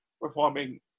performing